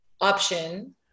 option